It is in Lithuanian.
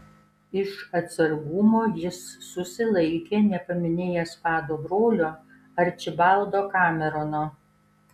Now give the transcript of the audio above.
iš atsargumo jis susilaikė nepaminėjęs vado brolio arčibaldo kamerono